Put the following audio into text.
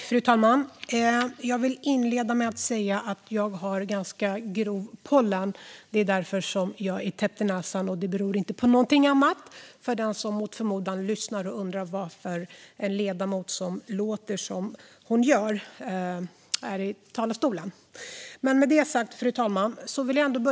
Fru talman! Jag vill inleda med att säga att jag har ganska grov pollenallergi. Det är därför jag är täppt i näsan. Det beror inte på något annat.